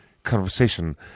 conversation